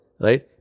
right